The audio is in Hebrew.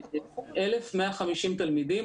1,150 תלמידים.